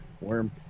worm